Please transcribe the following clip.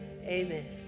Amen